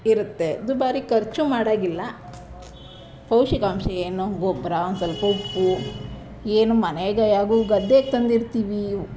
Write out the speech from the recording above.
ಇರುತ್ತೆ ದುಬಾರಿ ಖರ್ಚು ಮಾಡೋ ಹಾಗಿಲ್ಲ ಪೌಷ್ಟಿಕಾಂಶ ಏನು ಗೊಬ್ಬರ ಒಂದುಅ ಸ್ವಲ್ಪ ಉಪ್ಪು ಏನು ಮನೆಗೆ ಹೇಗು ಗದ್ದೆಗೆ ತಂದಿರ್ತೀವಿ